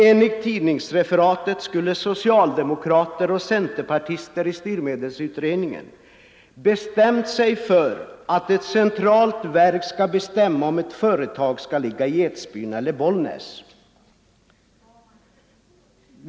Enligt tidningsreferatet skulle socialdemokrater och centerpartister i styrmedelsutredningen ha föreslagit att ett centralt verk skall bestämma om ett företag skall ligga i Edsbyn eller Bollnäs.